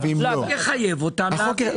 אתה תחייב אותם להביא.